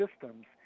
systems